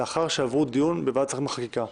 לאחר שעברו דיון בוועדת שרים לחקיקה.